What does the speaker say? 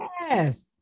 Yes